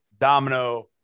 domino